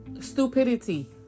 stupidity